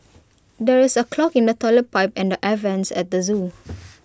there is A clog in the Toilet Pipe and the air Vents at the Zoo